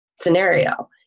scenario